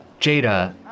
Jada